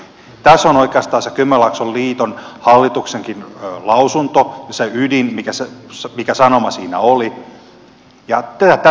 tässä on oikeastaan se kymenlaakson liiton hallituksenkin lausunto ja se ydin ja sanoma mikä siinä oli